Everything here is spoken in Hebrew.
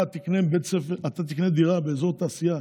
אתה תקנה דירה באזור תעשייה